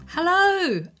Hello